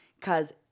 Cause